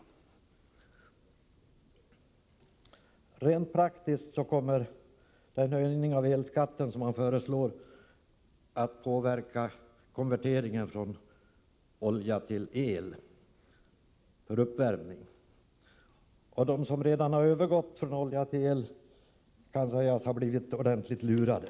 Rent praktiskt kommer den höjning av elskatten som man föreslår att påverka konverteringen från olja till el för uppvärmning. De som redan har övergått från olja till el kan sägas ha blivit ordentligt lurade.